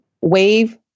wave